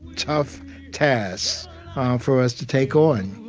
tough tasks for us to take on